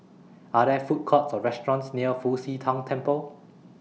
Are There Food Courts Or restaurants near Fu Xi Tang Temple